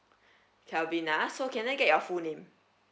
kelvin ah so can I get your full name